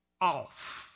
off